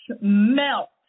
melt